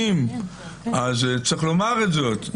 צריך לומר זאת.